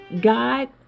God